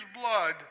blood